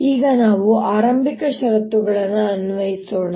ಈಗ ನಾವು ಆರಂಭಿಕ ಷರತ್ತುಗಳನ್ನು ಅನ್ವಯಿಸೋಣ